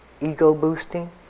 ego-boosting